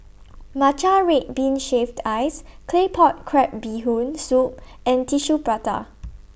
Matcha Red Bean Shaved Ice Claypot Crab Bee Hoon Soup and Tissue Prata